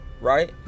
Right